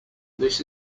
this